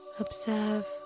Observe